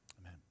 Amen